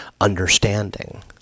understanding